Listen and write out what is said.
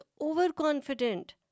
overconfident